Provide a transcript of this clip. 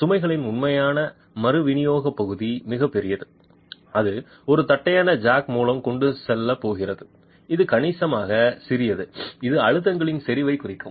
சுமைகளின் உண்மையான மறுவிநியோக பகுதி மிகப் பெரியது அது ஒரு தட்டையான ஜாக் மூலம் கொண்டு செல்லப் போகிறது இது கணிசமாக சிறியது இது அழுத்தங்களின் செறிவைக் குறிக்கும்